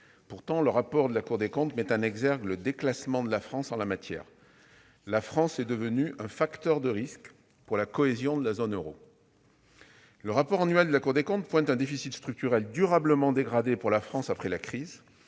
Pourtant, le rapport de la Cour des comptes met en exergue le déclassement de la France en la matière, la France devenue un facteur de risque pour la cohésion de la zone euro ! Le rapport public annuel de la Cour des comptes fait état d'un déficit structurel durablement dégradé pour la France après la crise.